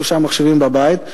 שלושה מחשבים בבית,